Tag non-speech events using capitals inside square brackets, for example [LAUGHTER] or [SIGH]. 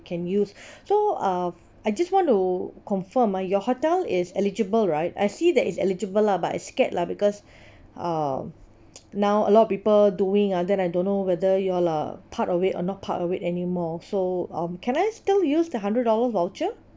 can use so uh I just want to confirm ah your hotel is eligible right I see that is eligible lah but I scared lah because um [NOISE] now a lot of people doing ah then I don't know whether you all are part of it or not part of it anymore so um can I still use the hundred dollar voucher